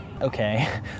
okay